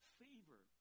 favor